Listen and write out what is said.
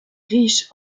riche